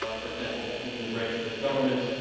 ah for example, between the branches of government,